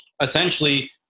essentially